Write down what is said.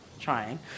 Trying